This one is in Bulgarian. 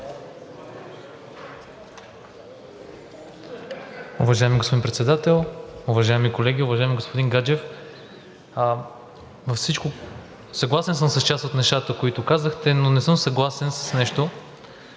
Уважаеми господин Председател, уважаеми колеги! Уважаеми господин Гаджев, съгласен съм с част от нещата, които казахте, но не съм съгласен с нещо